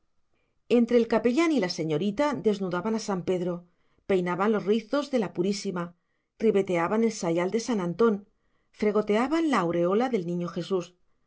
entre el capellán y la señorita desnudaban a san pedro peinaban los rizos de la purísima ribeteaban el sayal de san antón fregoteaban la aureola del niño jesús